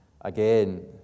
again